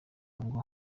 ngo